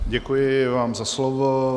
Děkuji vám za slovo.